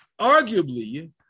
Arguably